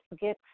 get